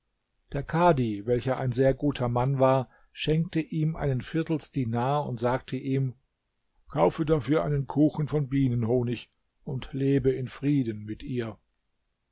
der kadhi welcher ein sehr guter mann war schenkte ihm einen viertelsdinar und sagte ihm kaufe dafür einen kuchen von bienenhonig und lebe in frieden mit ihr